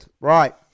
right